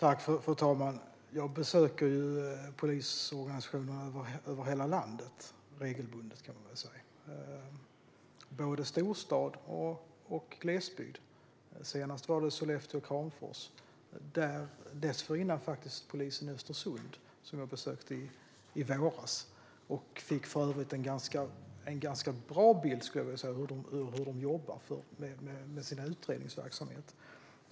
Fru talman! Jag besöker regelbundet polisorganisationer över hela landet, både i storstad och i glesbygd. Senast var jag i Sollefteå och Kramfors. Dessförinnan, i våras, besökte jag faktiskt polisen i Östersund. Då fick jag en ganska bra bild av hur de jobbar med sin utredningsverksamhet.